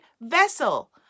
vessel